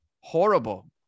Horrible